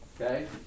Okay